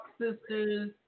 sisters